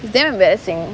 is that a bad thing